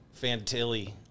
Fantilli